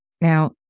Now